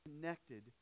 connected